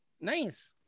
Nice